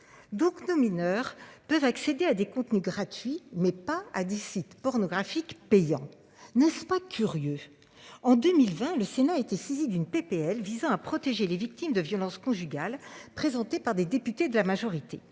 donc nos mineurs peuvent accéder à des contenus gratuits mais pas à des sites pornographiques, payants. N'est-ce pas curieux. En 2020, le Sénat était saisi d'une PPL visant à protéger les victimes de violences conjugales, présenté par des députés de la majorité,